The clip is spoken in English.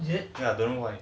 then ya I don't know why